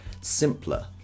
simpler